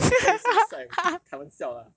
okay simi sai 开玩笑 lah